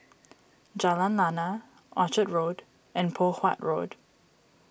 Jalan Lana Orchard Road and Poh Huat Road